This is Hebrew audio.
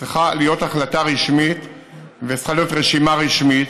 צריכה להיות החלטה רשמית וצריכה להיות רשימה רשמית,